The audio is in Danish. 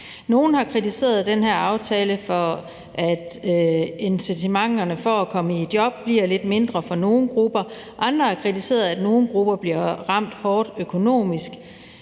Nogle har kritiseret den her aftale for, at incitamenterne for at komme i job bliver lidt mindre for nogle grupper. Andre har kritiseret, at nogle grupper bliver ramt hårdt økonomisk.